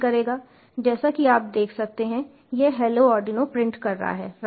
जैसा कि आप देख सकते हैं यह हेलो आर्डिनो प्रिंट कर रहा है राइट